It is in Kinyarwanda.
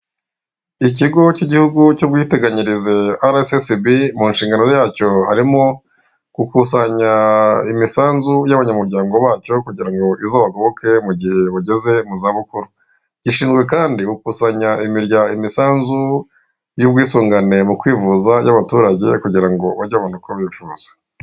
Ikigo cy'igihugu cy'ubwiteganyirize aresesibi mu nshingano yacyo harimo; gukusanya imisanzu y'abanyamuryango bacyo kugira ngo izabagoboke mu gihe bageze mu zabukuru, gishinzwe kandi gukusanya imiryango imisanzu y'ubwisungane mu kwivuza y'abaturage kugira ngo bajye babona uko bivuza.